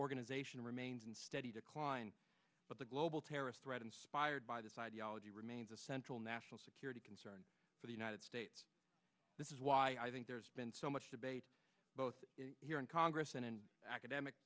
organization remains in steady decline but the global terrorist threat inspired by this ideology remains a central national security concern for the united states this is why i think there's been so much debate both here in congress and in academic